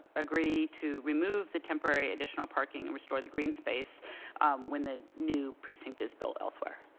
agreed to remove the temporary additional parking and restore the green space when the new precinct is built elsewhere.